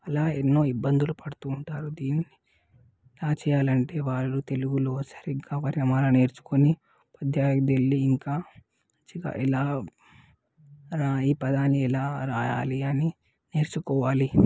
ఇలా ఎన్నో ఇబ్బందులు పడుతుంటారు దీన్ని ఎలా చేయాలంటే వాళ్ళు తెలుగులో సరిగా వర్ణమాల నేర్చుకుని విద్యార్థులు ఇంకా ఇలా రాయి ఈ పదాన్ని ఎలా రాయాలి అని నేర్చుకోవాలి